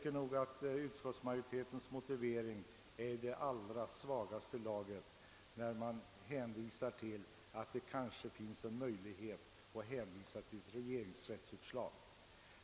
Enligt min mening är det en motivering i allra svagaste laget när utskottet hänvisar till ett regeringsrättsutslag.